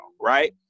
right